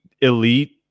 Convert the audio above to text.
elite